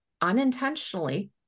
unintentionally